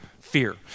fear